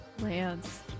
Lance